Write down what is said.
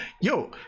Yo